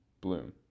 bloom